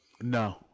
No